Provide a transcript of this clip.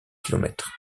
kilomètres